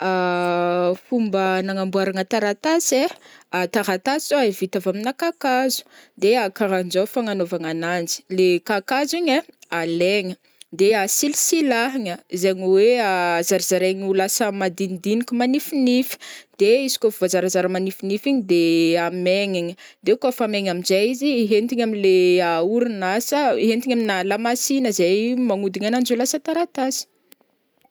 Fomba nagnamboaragna taratasy ai taratasy zao ai vita avy aminà kakazo de karahan'jao fogna anaovagna ananjy le kakazo igny ai alaigna de a-silasilahagna zegny hoe zarazaraigna ho lasa madinidiniky manifinify de izy kaofa voazarazara manifinify igny de amaigniny de kaofa maigna amin'jay izy ihentigna am'le orinasa ihentigna aminà lamasina zay magnodina ananjy ho lasa taratasy.